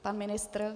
Pan ministr?